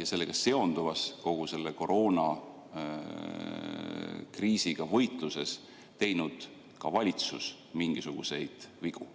ja sellega seonduvas, kogu selle koroonakriisiga võitluses teinud ka valitsus mingisuguseid vigu?